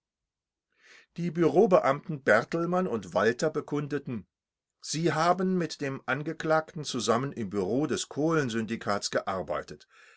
die bureaubeamten bertelmann und walther bekundeten sie haben mit dem angeklagten zusammen im bureau des kohlensyndikats gearbeitet